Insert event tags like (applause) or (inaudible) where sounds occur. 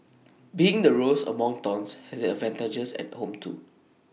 (noise) being the rose among thorns has its advantages at home too